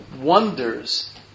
wonders